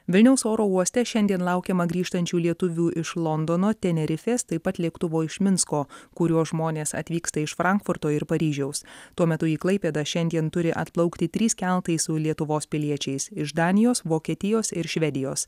vilniaus oro uoste šiandien laukiama grįžtančių lietuvių iš londono tenerifės taip pat lėktuvo iš minsko kuriuo žmonės atvyksta iš frankfurto ir paryžiaus tuo metu į klaipėdą šiandien turi atplaukti trys keltai su lietuvos piliečiais iš danijos vokietijos ir švedijos